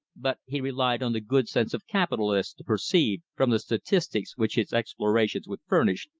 but he relied on the good sense of capitalists to perceive, from the statistics which his explorations would furnish,